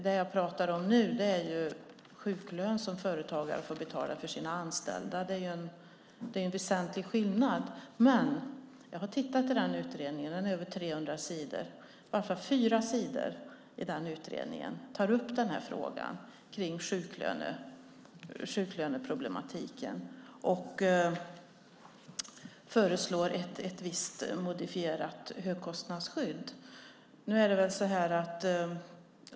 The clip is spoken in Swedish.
Det jag pratar om nu är den sjuklön som företagare får betala för sina anställda. Det är en väsentlig skillnad. Men jag har tittat i utredningen. Den är på över 300 sidor. På fyra sidor tar man upp frågan om sjuklöneproblematiken och föreslår ett visst modifierat högkostnadsskydd.